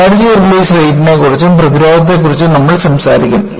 energy release റേറ്റിനെക്കുറിച്ചും പ്രതിരോധത്തെക്കുറിച്ചും നമ്മൾ സംസാരിക്കും